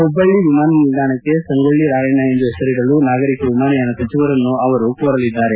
ಹುಬ್ಬಳ್ಳಿ ವಿಮಾನ ನಿಲ್ವಾಣಕ್ಕೆ ಸಂಗೋಳ್ಳಿ ರಾಯಣ್ಣ ಎಂದು ಹೆಸರಿಡಲು ನಾಗರಿಕ ವಿಮಾನಯಾನ ಸಚಿವರನ್ನು ಅವರು ಕೋರಲಿದ್ದಾರೆ